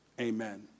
Amen